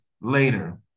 later